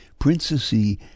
princessy